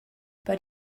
but